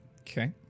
Okay